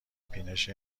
بینش